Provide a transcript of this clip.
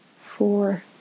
four